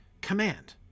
command